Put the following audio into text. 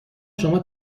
شما